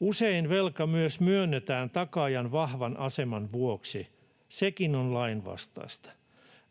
Usein velka myös myönnetään takaajan vahvan aseman vuoksi. Sekin on lainvastaista.